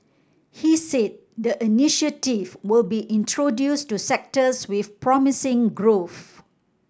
he said the initiative will be introduced to sectors with promising growth